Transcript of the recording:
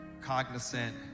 cognizant